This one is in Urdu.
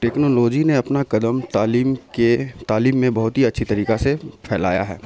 ٹیکنالوجی نے اپنا قدم تعلیم کے تعلیم میں بہت ہی اچھی طریقے سے پھیلایا ہے